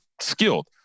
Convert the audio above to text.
skilled